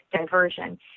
diversion